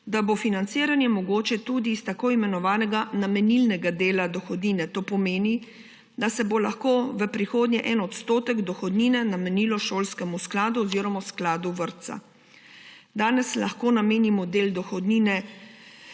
da bo financiranje mogoče tudi iz tako imenovanega nemenilnega dela dohodnine. To pomeni, da se bo lahko v prihodnje 1 % dohodnine namenilo šolskemu skladu oziroma skladu vrtca. Danes lahko namenimo del dohodnine